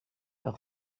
een